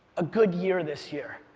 a good year this year.